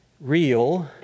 real